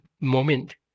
moment